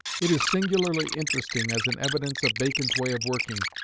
it is singularly interesting as an evidence of bacon's way of working,